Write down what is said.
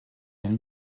den